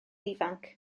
ifanc